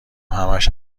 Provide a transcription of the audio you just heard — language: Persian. همش